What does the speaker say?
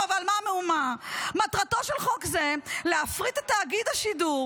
ועל מה המהומה: "מטרתו של חוק זה היא להפריט את תאגיד השידור